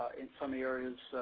in some areas,